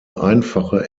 einfache